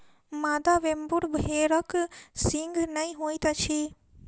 मादा वेम्बूर भेड़क सींघ नै होइत अछि